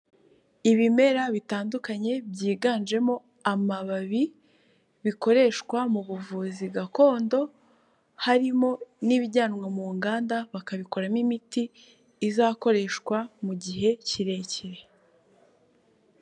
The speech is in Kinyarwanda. Ibimera bitandukanye byiganjemo amababi bikoreshwa mu buvuzi gakondo, harimo n'ibijyanwa mu nganda bakabikoramo imiti izakoreshwa mu gihe kirekire.